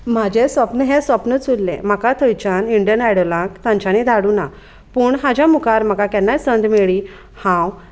म्हजें सप्न हें स्वप्नच उरलें म्हाका थंयच्यान इंडियन आयडलाक तांच्यांनी धाडूंक ना पूण हाच्या मुखार म्हाका केन्नाय संद मेळ्ळी हांव